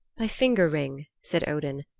thy fingerring, said odin.